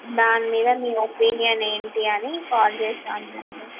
దాని మీద మీ ఒపీనియన్ ఎంటి అని కాల్ చేశాము మేము